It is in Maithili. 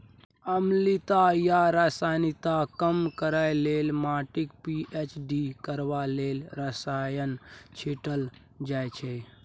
अम्लीयता या क्षारीयता कम करय लेल, माटिक पी.एच ठीक करबा लेल रसायन छीटल जाइ छै